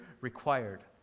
required